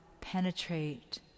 penetrate